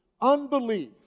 unbelief